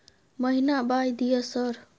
महीना बाय दिय सर?